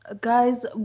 Guys